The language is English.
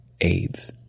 AIDS